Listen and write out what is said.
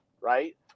right